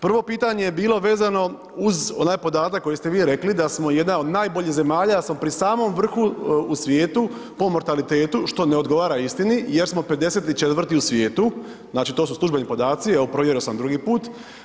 Prvo pitanje je bilo vezano uz onaj podatak koji ste vi rekli da smo jedna od najboljih zemalja, da smo pri samom vrhu u svijetu po mortalitetu, što ne odgovara istini jer smo 54. u svijetu, znači to su službeni podaci, evo, provjerio sam 2. put.